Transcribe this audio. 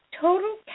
total